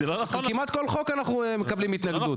כמעט כל חוק אנחנו מקבלים התנגדות,